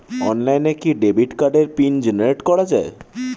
অনলাইনে কি ডেবিট কার্ডের পিন জেনারেট করা যায়?